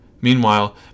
Meanwhile